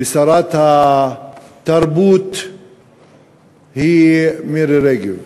ושרת התרבות היא מירי רגב.